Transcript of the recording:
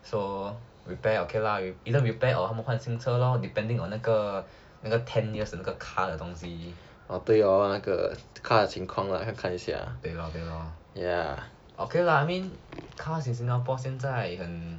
orh 那个 car 的情况 lah 要看一下